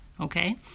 Okay